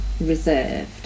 reserved